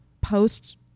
post